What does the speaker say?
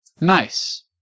Nice